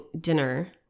dinner